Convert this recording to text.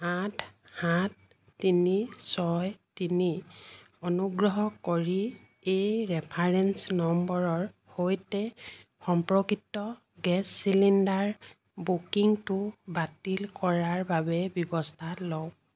আঠ সাত তিনি ছয় তিনি অনুগ্ৰহ কৰি এই ৰেফাৰেঞ্চ নম্বৰৰ সৈতে সম্পৰ্কিত গেছ চিলিণ্ডাৰ বুকিংটো বাতিল কৰাৰ বাবে ব্যৱস্থা লওক